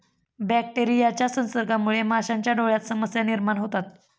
बॅक्टेरियाच्या संसर्गामुळे माशांच्या डोळ्यांत समस्या निर्माण होतात